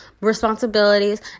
responsibilities